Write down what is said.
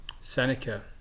Seneca